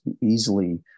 easily